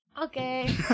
Okay